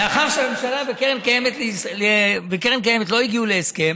לאחר שהממשלה וקרן קיימת לא הגיעו להסכם,